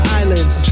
islands